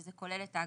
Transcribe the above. שזה כולל את ההגדרות: